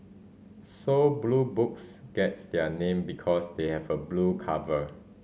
so Blue Books gets their name because they have a blue cover